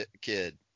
kid